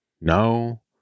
No